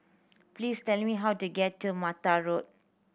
please tell me how to get to Mata Road